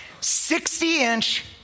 60-inch